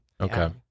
Okay